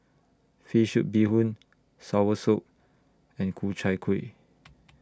Fish Soup Bee Hoon Soursop and Ku Chai Kuih